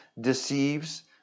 deceives